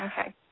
Okay